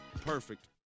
Perfect